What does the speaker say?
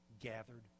gathered